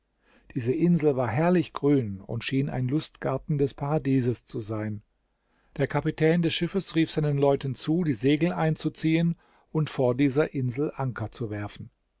diese insel war herrlich grün und schien ein lustgarten des paradieses zu sein der kapitän des schiffes rief seinen leuten zu die segel einzuziehen und vor dieser insel anker zu werfen